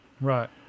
Right